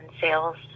sales